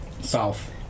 South